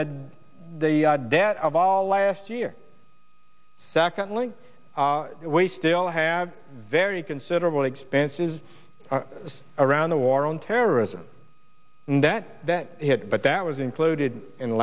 debt of all last year secondly we still have very considerable expenses around the war on terrorism and that that hit but that was included in